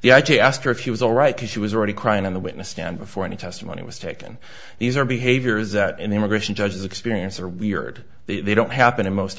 the i g asked her if she was all right because she was already crying on the witness stand before any testimony was taken these are behavior is that in the immigration judges experience are weird they don't happen in most